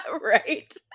Right